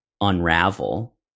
unravel